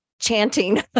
chanting